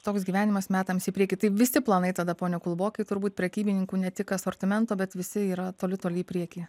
toks gyvenimas metams į priekį tai visi planai tada pone kulbokai turbūt prekybininkų ne tik asortimento bet visi yra toli toli į priekį